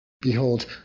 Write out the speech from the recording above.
Behold